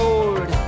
Lord